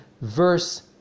verse